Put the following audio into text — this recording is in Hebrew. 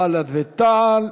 בל"ד ותע"ל.